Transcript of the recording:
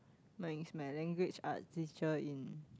my it's my language arts teacher in